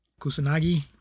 Kusanagi